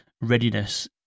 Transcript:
readiness